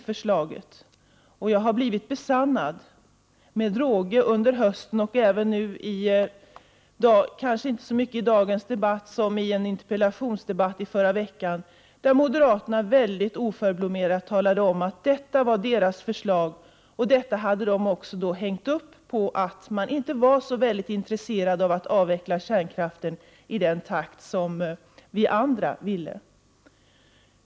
Mina farhågor har blivit besannade med råge under hösten, och om inte så mycket i dagens debatt så i en interpellationsdebatt i förra veckan, där moderaterna oförblommerat talade om att det var deras förslag och att de inte var så väldigt intresserade av att avveckla kärnkraften i den takt som vi andra ville.